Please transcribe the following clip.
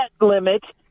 limit